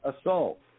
assault